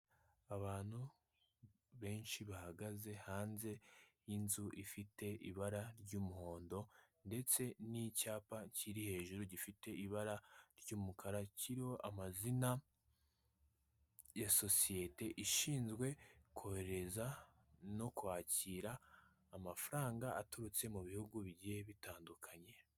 Abantu benshi bahagaze hanze y'inzu ifite ibara ry'umuhondo, ndetse n'icyapa kiri hejuru gifite ibara ry'umukara, kiriho amazina ya sosiyete ishinzwe kohereza no kwakira amafaranga aturutse mu bihugu bigiye bitandukanye.